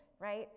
right